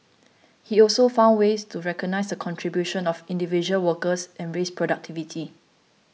he also found ways to recognise the contributions of individual workers and raise productivity